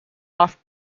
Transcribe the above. off